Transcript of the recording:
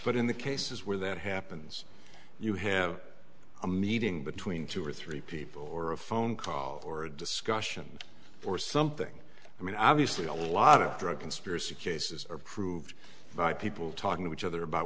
but in the cases where that happens you have a meeting between two or three people or a phone call or a discussion or something i mean obviously a lot of drug conspiracy cases are proved by people talking to each other about